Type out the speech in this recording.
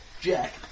Jack